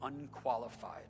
unqualified